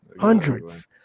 Hundreds